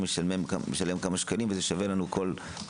משלם כמה שקלים והיה שווה כל כסף,